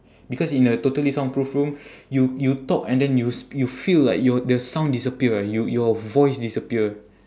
because in a totally soundproof room you you talk and then you s~ you feel like your the sound disappear y~ your voice disappear